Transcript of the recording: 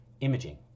Imaging